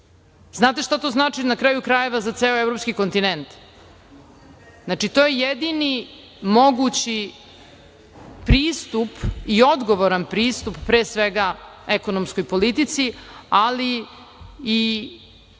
Znate šta to znači na kraju, krajeva za celo evropski kontinent? To je jedini mogući pristup i odgovoran pristup, pre svega ekonomskoj politici, ali i